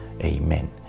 Amen